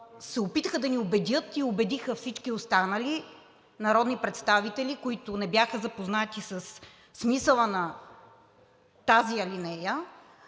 опитаха се да ни убедят и убедиха всички останали народни представители, които не бяха запознати със смисъла на тази алинея,